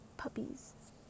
puppies